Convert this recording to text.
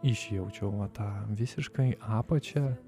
išjaučiau va tą visiškai apačią